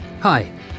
Hi